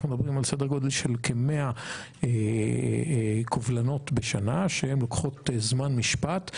אנחנו מדברים על סדר גודל של כ-100 קובלנות בשנה שלוקחות זמן משפט.